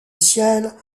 ciel